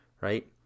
right